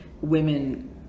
Women